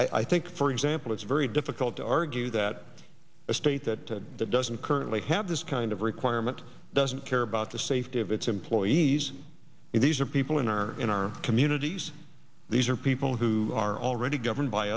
not i think for example it's very difficult to argue that a state that doesn't currently have this kind of requirement doesn't care about the safety of its employees in these are people in our in our communities these are people who are already governed by